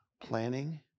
planning